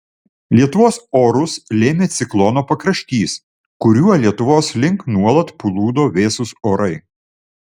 lietuvos orus lėmė ciklono pakraštys kuriuo lietuvos link nuolat plūdo vėsūs orai